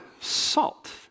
salt